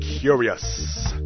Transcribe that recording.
Curious